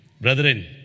Brethren